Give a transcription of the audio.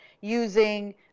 using